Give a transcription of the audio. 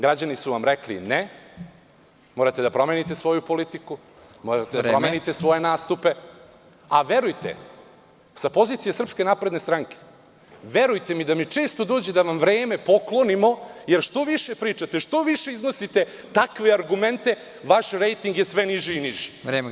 Građani su vam rekli – ne, morate da promenite svoju politiku, morate da promenite svoje nastupe, a verujte sa pozicije SNS verujte mi da mi često dođe da vam vreme poklonimo, jer što više pričate, što više iznosite takve argumente vaš rejting je sve niži i niži.